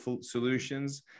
solutions